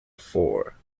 for